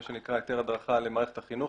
מה שנקרא "היתר הדרכה למערכת החינוך".